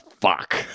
fuck